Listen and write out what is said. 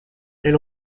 elle